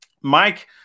Mike